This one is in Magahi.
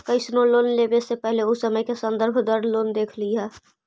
कइसनो लोन लेवे से पहिले उ समय के संदर्भ दर देख लिहऽ